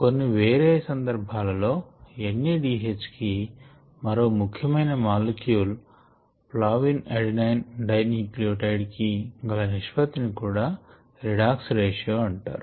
కొన్ని వేరే సందర్భాలలో N A D H కి మరో ముఖ్యమైన molecule flavin adenine dinucleotide కి గల నిష్పత్తి ని కూడా రిడాక్స్ రేషియో అంటారు